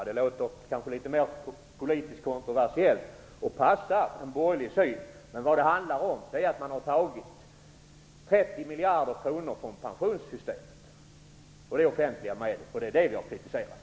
Det kanske låter litet mera politiskt kontroversiellt och passar en borgerlig syn, men vad det handlar om är att man har tagit 30 miljarder kronor från pensionssystemet, dvs.. av offentliga medel, och det är det som jag kritiserar.